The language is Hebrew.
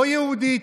לא יהודית,